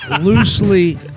loosely